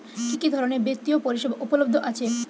কি কি ধরনের বৃত্তিয় পরিসেবা উপলব্ধ আছে?